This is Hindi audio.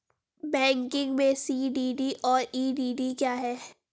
बैंकिंग में सी.डी.डी और ई.डी.डी क्या हैं?